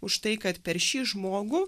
už tai kad per šį žmogų